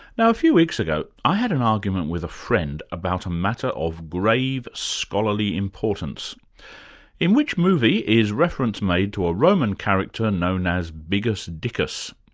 now, a few weeks ago, i had an argument with a friend about a matter of grave scholarly importance in which movie is reference made to a roman character known as biggus dikkus?